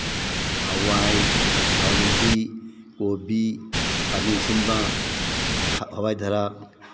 ꯍꯋꯥꯏ ꯑꯃꯨꯕꯤ ꯀꯣꯕꯤ ꯈꯥꯃꯦꯟ ꯑꯁꯤꯟꯕ ꯍꯋꯥꯏ ꯊꯔꯥꯛ